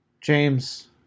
james